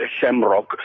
Shamrock